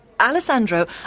Alessandro